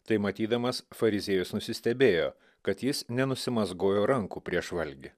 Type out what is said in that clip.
tai matydamas fariziejus nusistebėjo kad jis nenusimazgojo rankų prieš valgį